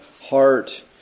heart